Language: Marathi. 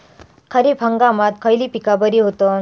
खरीप हंगामात खयली पीका बरी होतत?